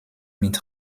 mit